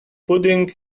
pudding